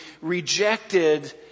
rejected